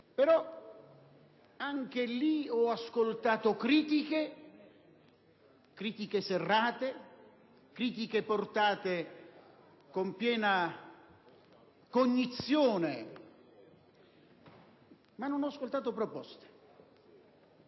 quel caso ho ascoltato critiche - critiche serrate, portate con piena cognizione - ma non ho ascoltato proposte.